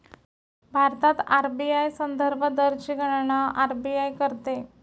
भारतात आर.बी.आय संदर्भ दरची गणना आर.बी.आय करते